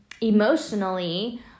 emotionally